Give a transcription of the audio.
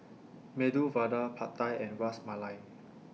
Medu Vada Pad Thai and Ras Malai